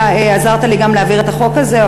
אתה עזרת לי גם להעביר את החוק הזה,